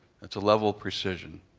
that's a level precision.